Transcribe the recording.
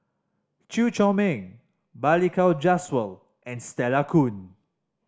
Chew Chor Meng Balli Kaur Jaswal and Stella Kon